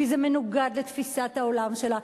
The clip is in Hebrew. כי זה מנוגד לתפיסת העולם שלה,